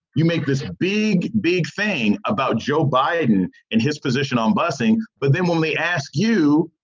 you make this big, big thing about joe biden and his position on busing, but then when they ask you,